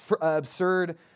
absurd